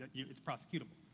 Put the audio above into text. yeah it's prosecutable.